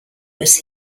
was